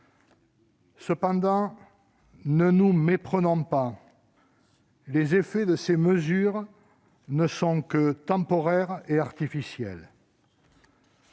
Cependant, ne nous méprenons pas, les effets de ces mesures ne sont que temporaires et artificiels.